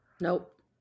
Nope